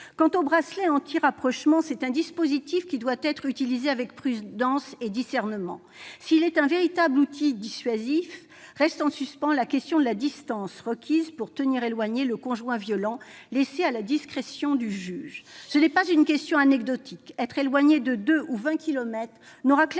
Quant au bracelet anti-rapprochement, c'est un dispositif qui doit être utilisé avec prudence et discernement. S'il constitue un véritable outil dissuasif, reste en suspens la question de la distance requise pour tenir le conjoint violent éloigné, distance laissée à la discrétion du juge. Ce n'est pas une question anecdotique ; être éloigné de deux ou de vingt kilomètres n'aura clairement